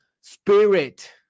spirit